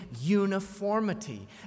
uniformity